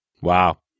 Wow